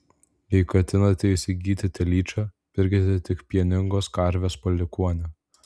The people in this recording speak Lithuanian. jei ketinate įsigyti telyčią pirkite tik pieningos karvės palikuonę